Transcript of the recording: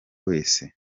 wese